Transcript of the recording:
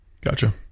Gotcha